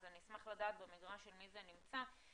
אז אשמח לדעת במגרש של מי זה נמצא.